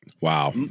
Wow